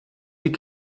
die